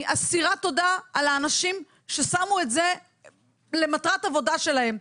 אני אסירת תודה על האנשים ששמו את זה למטרת עבודה שלהם,